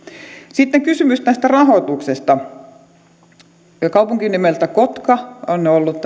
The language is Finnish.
sitten kysymys tästä rahoituksesta kaupunki nimeltä kotka on ollut